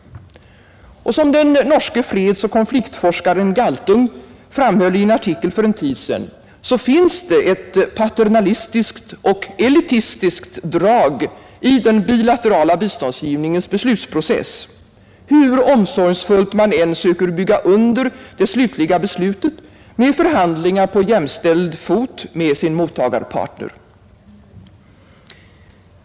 Och som den norske fredsoch konfliktforskaren Galtung framhöll i en artikel för en tid sedan finns det ett paternalistiskt och elitistiskt drag i den bilaterala biståndsgivningens beslutsprocess hur omsorgsfullt man än söker bygga under det slutliga beslutet med förhandlingar på jämställd fot med sin mottagarpartner.